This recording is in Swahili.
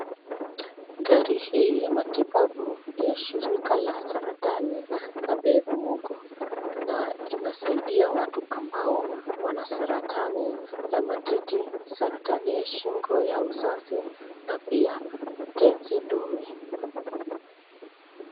Gari hii ya matibabu, ni ya shirika la saratani la Beth Mugo, na inasaidia watu ambao wana saratani la matiti, saratani ya shingo la uzazi na pia tenzi ndume.